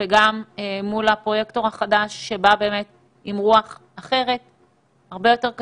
ומול הפרויקטור החדש שמביא איתו רוח אחרת וקשובה,